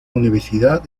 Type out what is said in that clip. universidad